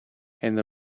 and